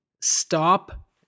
Stop